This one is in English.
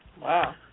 Wow